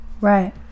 Right